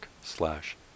slash